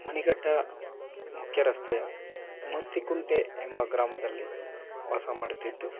ಮಣಿಗಟ್ಟ ಮುಖ್ಯ ರಸ್ತೆಯ ಮೂರ್ತಿ ಕುಂಟೆ ಎಂಬ ಗ್ರಾಮದಲ್ಲಿ ವಾಸ ಮಾಡುತ್ತಿದ್ದು